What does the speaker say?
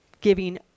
Giving